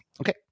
okay